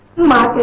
my